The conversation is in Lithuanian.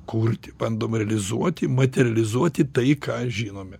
kurti bandoma realizuoti materializuoti tai ką žinome